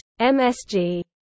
MSG